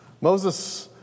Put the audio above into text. Moses